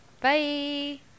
Bye